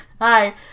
Hi